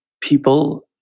people